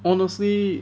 honestly